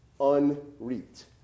unreaped